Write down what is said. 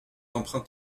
emprunts